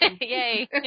yay